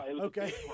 Okay